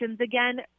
again